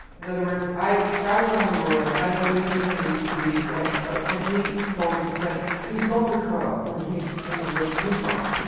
in other words, i travel around the world, and i believe in the the technique, it's called in french, frisson de coeur, which means in english, goose bumps.